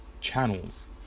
channels